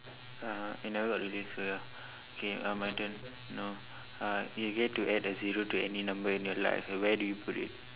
uh and I would released so ya okay uh my turn know uh you get to add a zero to any number in your life where where do you put it